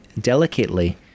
delicately